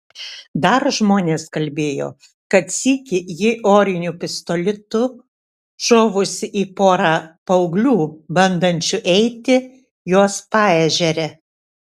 dar žmonės kalbėjo kad sykį ji oriniu pistoletu šovusi į porą paauglių bandančių eiti jos paežere